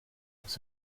this